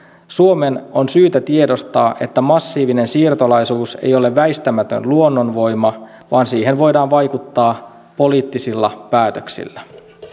suomen on syytä tiedostaa että massiivinen siirtolaisuus ei ole väistämätön luonnonvoima vaan että siihen voidaan vaikuttaa poliittisilla päätöksillä